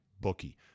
bookie